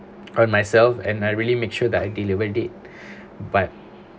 on myself and I really make sure that I delivered it but